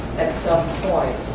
at some point,